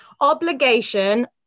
Obligation